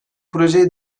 projeye